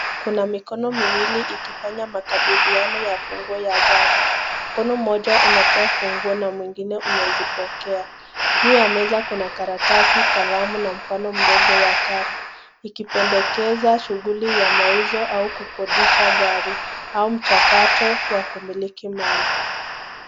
Kuna mikono miwili ikifanya makabidhiano ya funguo ya gari. Mkono mmoja unatoa funguo na mwingine unazipokea. Juu ya meza kuna karatasi, kalamu na mfano mdogo wa gari ikipendekeza shughuli ya mauzo au kukodisha gari au mchakato wa kumiliki mali.